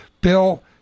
Bill